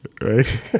right